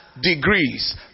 degrees